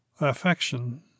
Affection